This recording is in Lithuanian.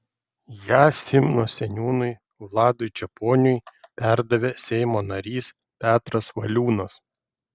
ją simno seniūnui vladui čeponiui perdavė seimo narys petras valiūnas